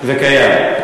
וקיים.